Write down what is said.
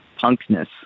punkness